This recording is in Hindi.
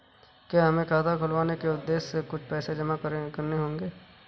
क्या हमें खाता खुलवाने के उद्देश्य से कुछ पैसे जमा करने होंगे?